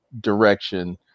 direction